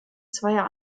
zweier